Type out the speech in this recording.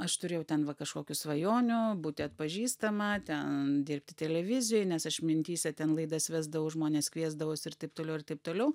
aš turėjau ten va kažkokių svajonių būti atpažįstama ten dirbti televizijoj nes aš mintyse ten laidas vesdavau žmones kviesdavausi ir taip toliau ir taip toliau